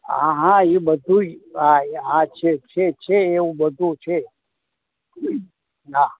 હા હા એ બધુય હા એ હા એ છે છે એવું બધું છે હા